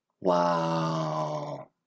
Wow